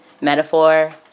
metaphor